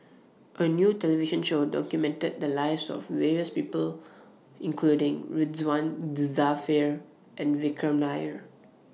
A New television Show documented The Lives of various People including Ridzwan Dzafir and Vikram Nair